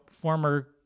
former